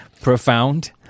profound